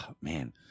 man